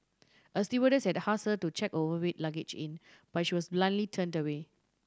a stewardess had ask her to check her overweight luggage in but she was bluntly turned away